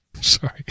Sorry